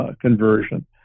conversion